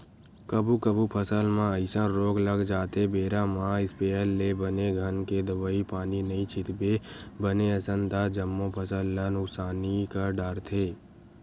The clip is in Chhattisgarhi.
कभू कभू फसल म अइसन रोग लग जाथे बेरा म इस्पेयर ले बने घन के दवई पानी नइ छितबे बने असन ता जम्मो फसल ल नुकसानी कर डरथे